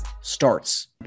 starts